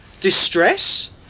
distress